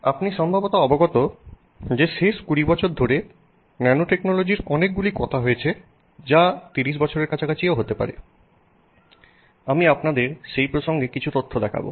আপনি সম্ভবত অবগত যে শেষ 20 বছর ধরে ন্যানোটেকনোলজির অনেকগুলি কথা হয়েছে যা 30 বছরের কাছাকাছিও হতে পারে আমি আপনাদের সেই প্রসঙ্গে কিছু তথ্য দেখাব